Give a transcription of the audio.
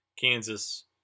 Kansas